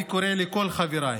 אני קורא לכל חבריי